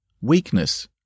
weakness